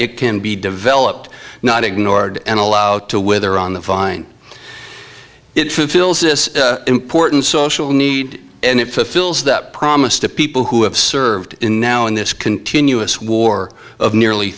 it can be developed not ignored and allowed to wither on the vine it fulfills this important social need and it fulfills that promise to people who have served in now in this continuous war of nearly